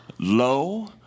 low